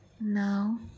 Now